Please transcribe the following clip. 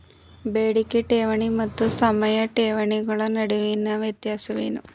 ಬೇಡಿಕೆ ಠೇವಣಿ ಮತ್ತು ಸಮಯ ಠೇವಣಿಗಳ ನಡುವಿನ ವ್ಯತ್ಯಾಸವೇನು?